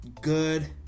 good